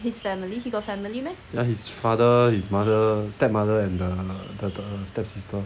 ya his father his mother stepmother and the the stepsister